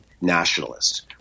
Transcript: nationalist